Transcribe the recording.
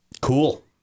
Cool